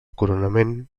coronament